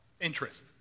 interest